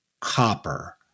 copper